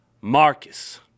Marcus